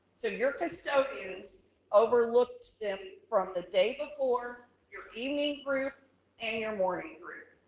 so your custodians overlooked them from the day before, your evening group and your morning group,